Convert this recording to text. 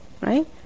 right